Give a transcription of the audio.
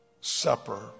supper